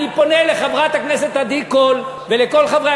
אני פונה לחברת הכנסת עדי קול ולכל חברי